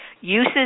Uses